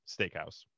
Steakhouse